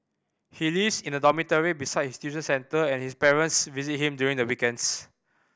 he lives in a dormitory besides his tuition centre and his parents visit him during the weekends